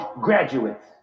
graduates